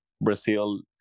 Brazil